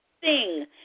sing